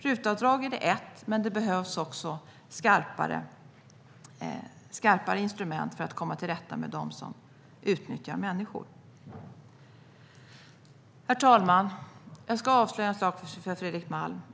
RUT-avdraget är en, men det behövs också skarpare instrument för att komma till rätta med dem som utnyttjar människor. Herr talman! Jag ska avslöja en sak för Fredrik Malm.